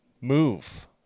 move